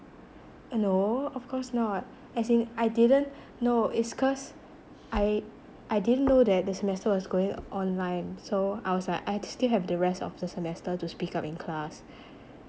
no of course not as in I didn't no it's cause I I didn't know that the semester was going online so I was like I still have the rest of the semester to speak up in class